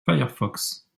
firefox